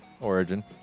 origin